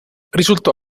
risultò